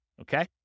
Okay